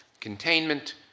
Containment